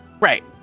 right